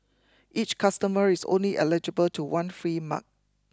each customer is only eligible to one free mug